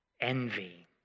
envy